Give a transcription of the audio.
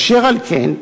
אשר על כן,